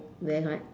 there right